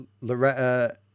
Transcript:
Loretta